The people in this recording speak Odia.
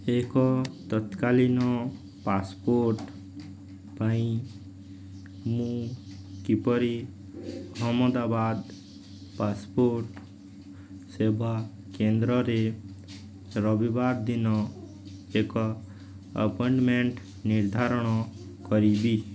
ଏକ ତତ୍କାଳୀନ ପାସପୋର୍ଟ ପାଇଁ ମୁଁ କିପରି ଅହମ୍ମଦାବାଦ ପାସପୋର୍ଟ ସେବା କେନ୍ଦ୍ରରେ ରବିବାର ଦିନ ଏକ ଆପଏଣ୍ଟମେଣ୍ଟ୍ ନିର୍ଦ୍ଧାରଣ କରିବି